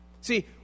See